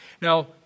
Now